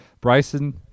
Bryson